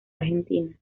argentina